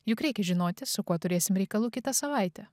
juk reikia žinoti su kuo turėsim reikalų kitą savaitę